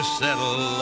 settle